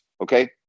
okay